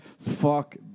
fuck